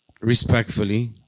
respectfully